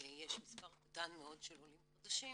יש מספר קטן מאוד של עולים חדשים,